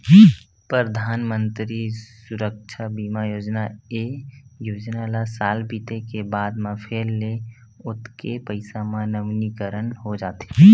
परधानमंतरी सुरक्छा बीमा योजना, ए योजना ल साल बीते के बाद म फेर ले ओतके पइसा म नवीनीकरन हो जाथे